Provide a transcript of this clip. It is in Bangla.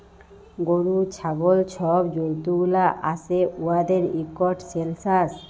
গরু, ছাগল ছব জল্তুগুলা আসে উয়াদের ইকট সেলসাস